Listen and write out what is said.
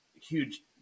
huge